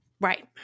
Right